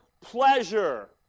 pleasure